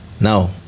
Now